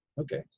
Okay